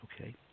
okay